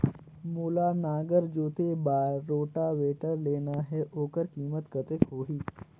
मोला नागर जोते बार रोटावेटर लेना हे ओकर कीमत कतेक होही?